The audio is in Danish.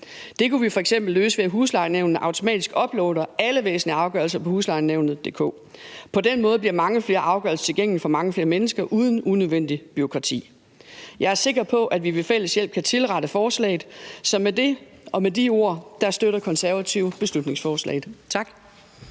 Det kunne vi f.eks. løses, ved at huslejenævnene automatisk uploader alle væsentlige afgørelser på huslejenaevn.dk. På de måde bliver mange flere afgørelser tilgængelige for mange flere mennesker uden unødvendigt bureaukrati. Jeg er sikker på, at vi ved fælles hjælp kan tilrette forslaget. Så med de ord støtter Konservative beslutningsforslaget. Tak.